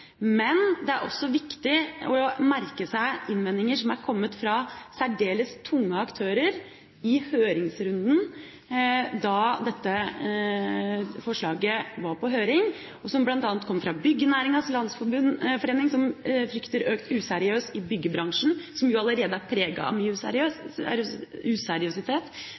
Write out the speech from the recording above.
Men det er også viktig å merke seg innvendinger som er kommet fra særdeles tunge aktører i høringsrunden, da dette forslaget var på høring. De kom bl.a. fra Byggenæringens Landsforening som frykter økt useriøsitet i byggebransjen, som allerede er mye preget av det, fra LO og ikke minst fra justismyndighetene. Derfor er